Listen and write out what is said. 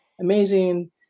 amazing